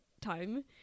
time